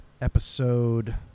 episode